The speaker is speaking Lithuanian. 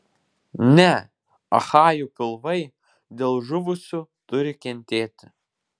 ne achajų pilvai dėl žuvusių turi kentėti